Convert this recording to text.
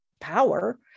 power